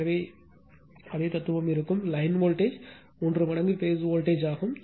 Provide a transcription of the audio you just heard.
எனவே இங்கேயும் அதே தத்துவம் இருக்கும் லைன் வோல்டேஜ் 3 மடங்கு பேஸ் வோல்டேஜ் ஆகும்